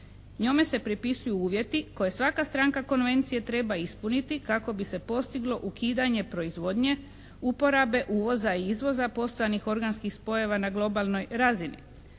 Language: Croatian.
Njome se pripisuju uvjeti koje svaka stranka konvencije treba ispuniti kako bi se postiglo ukidanje proizvodnje, uporabe, uvoza i izvoza, postojanih organskih spojeva na globalnoj razini.